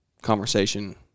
Conversation